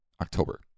October